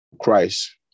Christ